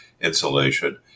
insulation